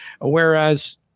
Whereas